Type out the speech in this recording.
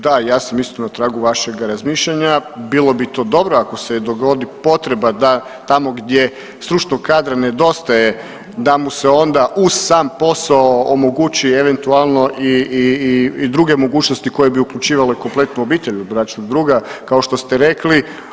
Da, ja sam isto na tragu vašega razmišljanja, bilo bi to dobro ako se dogodi potreba da tamo gdje stručnog kadra nedostaje da mu se onda uz sam posao omogući eventualno i druge mogućnosti koje bi uključivale kompletnu obitelj ili bračnog druga kao što ste rekli.